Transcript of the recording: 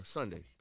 Sunday